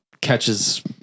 catches